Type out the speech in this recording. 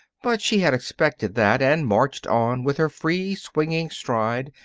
but she had expected that, and marched on with her free, swinging stride,